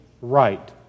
right